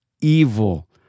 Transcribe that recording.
evil